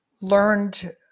learned